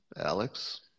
Alex